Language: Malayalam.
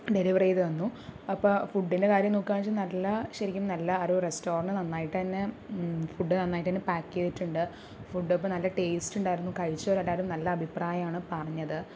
ഡെലിവറി ചെയ്ത തന്നു അപ്പോൾ ഫുഡിൻ്റെ കാര്യം നോക്കുവാണ് എന്ന് വെച്ചാൽ നല്ല ശരിക്കും നല്ല ആ ഒരു റെസ്റ്റോറൻറ്റ് നന്നായിട്ട് തന്നെ ഫുഡ് നന്നായിട്ട് തന്നെ പാക്ക് ചെയ്തിട്ടുണ്ട് ഫുഡ് നല്ല ടേസ്റ്റ് ഉണ്ടായിരുന്നു കഴിച്ചവരെല്ലാം നല്ല അഭിപ്രായമാണ് പറഞ്ഞത്